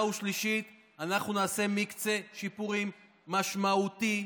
והשלישית אנחנו נעשה מקצה שיפורים משמעותי.